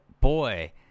boy